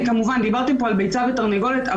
דיברתם פה על ביצה ותרנגולת,